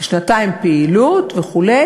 שנתיים פעילות וכו',